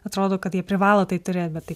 atrodo kad jie privalo tai turėt bet tai